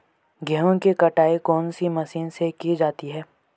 गेहूँ की कटाई कौनसी मशीन से की जाती है?